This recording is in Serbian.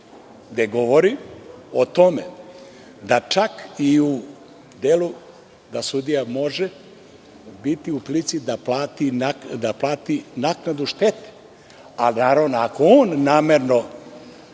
se govori o tome da čak i u delu da sudija može biti u prilici da plati naknadu štete, ako je on namerno